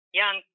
young